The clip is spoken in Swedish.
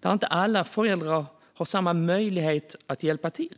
där inte alla föräldrar har samma möjlighet att hjälpa till.